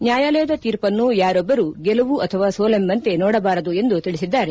ನ್ಕಾಯಾಲಯದ ತೀರ್ಪನ್ನು ಯಾರೊಬ್ಬರೂ ಗೆಲುವು ಅಥವಾ ಸೋಲೆಂಬಂತೆ ನೋಡಬಾರದು ಎಂದು ತಿಳಿಸಿದರು